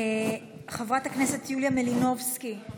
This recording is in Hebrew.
חברת הכנסת יוליה מלינובסקי,